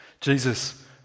Jesus